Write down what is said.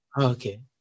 Okay